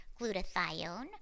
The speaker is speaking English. glutathione